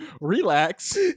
Relax